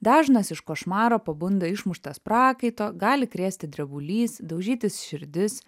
dažnas iš košmaro pabunda išmuštas prakaito gali krėsti drebulys daužytis širdis